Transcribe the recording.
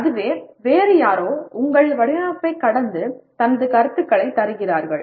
அதுவே வேறு யாரோ உங்கள் வடிவமைப்பைக் கடந்து தனது கருத்துகளைத் தருகிறார்கள்